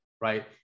right